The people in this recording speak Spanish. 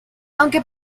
aunque